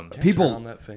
People